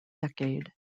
decade